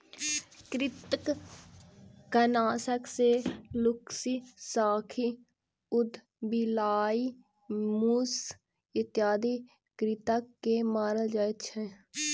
कृंतकनाशक सॅ लुक्खी, साही, उदबिलाइ, मूस इत्यादि कृंतक के मारल जाइत छै